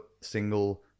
single